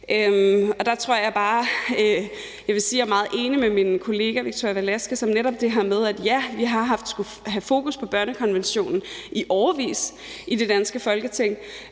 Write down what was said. jeg er meget enig med min kollega, Victoria Velasquez, om netop det her med, at ja, vi har haft skullet have fokus på børnekonventionen i årevis i det danske Folketing,